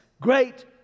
Great